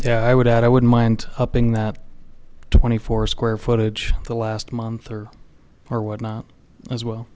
yeah i would add i wouldn't mind upping that twenty four square footage the last month or or whatnot as well